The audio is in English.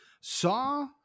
Saw